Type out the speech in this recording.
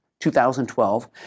2012